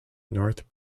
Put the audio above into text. north